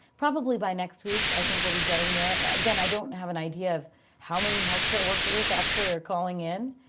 probably by next week i think we'll be getting there. again, i don't have an idea of how many healthcare workers actually are calling in,